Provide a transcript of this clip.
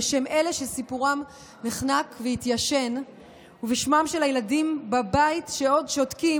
בשם אלה שסיפורם נחנק והתיישן ובשמם של הילדים בבית שעוד שותקים,